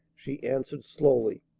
she answered slowly,